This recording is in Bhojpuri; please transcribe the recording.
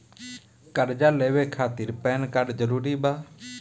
कर्जा लेवे खातिर पैन कार्ड जरूरी बा?